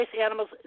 animals